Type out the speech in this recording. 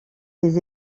des